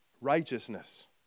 Righteousness